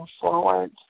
forward